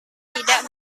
tidak